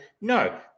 no